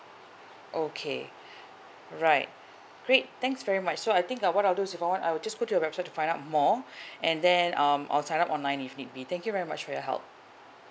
okay alright great thanks very much so I think uh what I will do if I want I will just go to your website to find out more and then um I will sign up online if need be thank you very much for your help